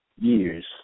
years